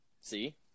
See